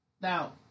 Now